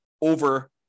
over